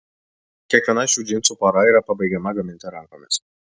kiekviena šių džinsų pora yra pabaigiama gaminti rankomis